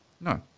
No